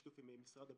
בשיתוף עם משרד הבריאות,